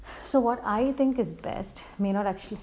so what I think is best may not actually